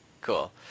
Cool